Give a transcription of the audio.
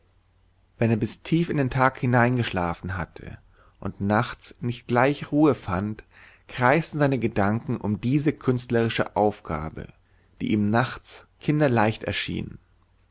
wenn er bis tief in den tag hineingeschlafen hatte und nachts nicht gleich ruhe fand kreisten seine gedanken um diese künstlerische aufgabe die ihm nachts kinderleicht erschien